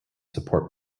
support